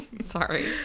Sorry